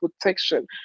protection